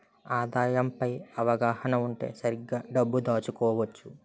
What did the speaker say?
ఆదాయం పై అవగాహన ఉంటే సరిగ్గా డబ్బు దాచుకోవచ్చు